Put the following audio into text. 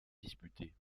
disputée